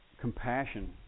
compassion